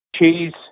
Cheese